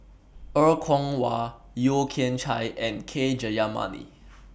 Er Kwong Wah Yeo Kian Chai and K Jayamani